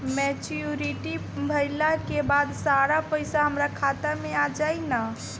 Maturity भईला के बाद सारा पईसा हमार खाता मे आ जाई न?